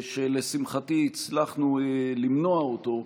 שלשמחתי הצלחנו למנוע אותו,